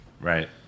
right